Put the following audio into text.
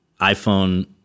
iPhone